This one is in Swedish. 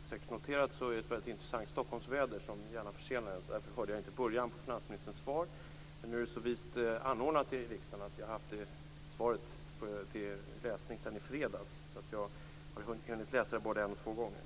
Fru talman! Som säkert noterats har vi ett intressant Stockholmsväder som gör att man gärna blir försenad. Därför hörde jag inte början på finansministerns svar. Men nu är det så vist ordnat i riksdagen att jag har haft svaret till läsning sedan i fredags. Jag har hunnit läsa det både en och två gånger.